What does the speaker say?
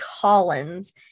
Collins